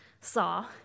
saw